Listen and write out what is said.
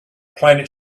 planet